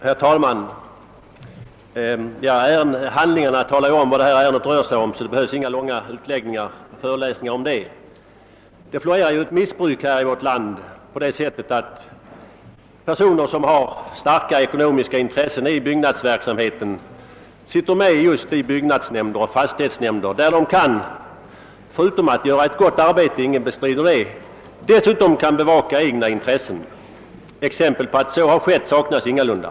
Herr talman! Av föreliggande handlingar framgår vad detta ärende rör sig om, och det behövs inte några långa utläggningar eller föreläsningar om det. Här i landet florerar det ett missbruk som består däri att personer med starka ekonomiska intressen i byggnadsverksamheten sitter med i byggnadsoch fastighetsnämnder, där de — vid sidan om att de fullgör ett gott arbete, vilket ingen bestrider — kan bevaka sina egna intressen. Exempel på att så sker saknas ingalunda.